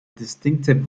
distinctive